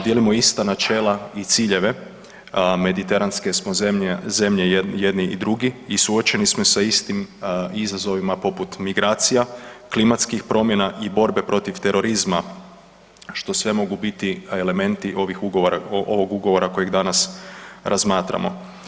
Dijelimo ista načela i ciljeve, mediteranske smo zemlje jedni i drugi i suočeni smo sa istim izazovima poput migracija, klimatskih promjena i borbe protiv terorizma što sve mogu biti elementi ovih ugovora kojeg danas razmatramo.